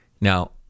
Now